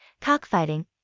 cockfighting